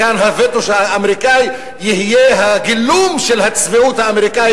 כאן הווטו האמריקני יהיה גילום של הצביעות האמריקנית,